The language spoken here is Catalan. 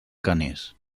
canes